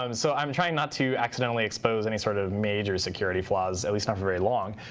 um so i'm trying not to accidentally expose any sort of major security flaws, at least not for very long.